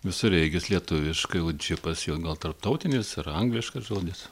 visureigis lietuviškai o džipas jau gal tarptautinis ir angliškas žodis